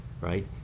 right